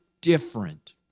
different